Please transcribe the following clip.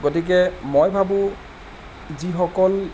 গতিকে মই ভাবোঁ যিসকল